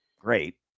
great